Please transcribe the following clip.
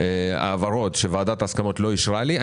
העברות שוועדת ההסכמות לא אישרה לי,